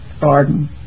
garden